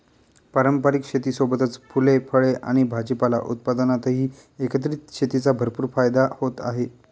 पारंपारिक शेतीसोबतच फुले, फळे आणि भाजीपाला उत्पादनातही एकत्रित शेतीचा भरपूर फायदा होत आहे